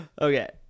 Okay